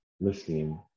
listening